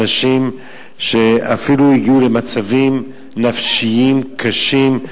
אנשים שאפילו הגיעו למצבים נפשיים קשים,